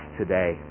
today